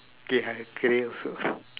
okay I have grey also